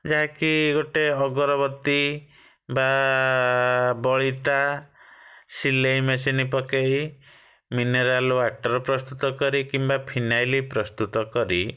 ଯାହାକି ଗୋଟେ ଅଗରବତି ବା ବଳିତା ସିଲେଇ ମେସିନ୍ ପକେଇ ମିନେରାଲ୍ ୱାଟର୍ ପ୍ରସ୍ତୁତ କରି କିମ୍ବା ଫିନାଇଲ୍ ପ୍ରସ୍ତୁତ କରି